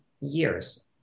years